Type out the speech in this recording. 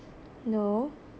no